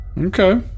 Okay